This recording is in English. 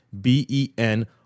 b-e-n